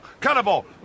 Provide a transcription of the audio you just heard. cannibal